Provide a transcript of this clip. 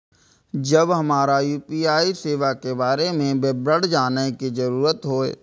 जब हमरा यू.पी.आई सेवा के बारे में विवरण जानय के जरुरत होय?